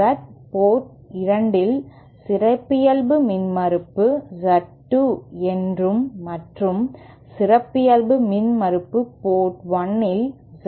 Z port 2 இல் சிறப்பியல்பு மின்மறுப்பு Z 2 என்றும் மற்றும் சிறப்பியல்பு மின்மறுப்பு போர்ட் 1 இல் Z 1 ஆகும்